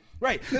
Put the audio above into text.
Right